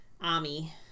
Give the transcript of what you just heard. Ami